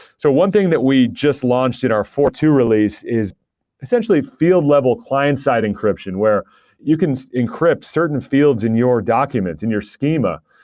so one thing that we just launched it our four point two release is essentially field level client-side encryption, where you can encrypt certain fields in your documents, in your schema,